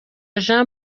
jean